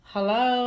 Hello